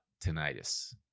tinnitus